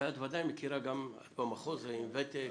ואת ודאי מכירה גם, את במחוז עם ותק.